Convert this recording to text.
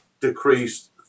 decreased